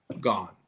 gone